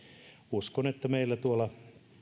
uskon että meillä tuolla